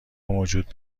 موجود